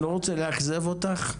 אני לא רוצה לאכזב אותך,